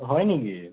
অ' হয় নেকি